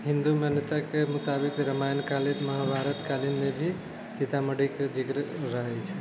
हिन्दू मान्यताके मुताबिक रामायण काल महाभारत कालमे भी सीतामढ़ीके जिक्र रहै छै